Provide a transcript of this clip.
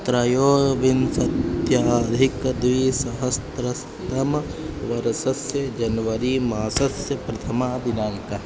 त्रयोविंशत्यधिकं द्विसहस्त्रं तमवर्षस्य जन्वरी मासस्य प्रथमदिनाङ्कः